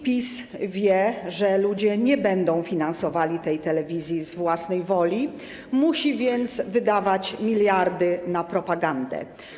PiS wie, że ludzie nie będą finansowali tej telewizji z własnej woli, musi więc wydawać miliardy na propagandę.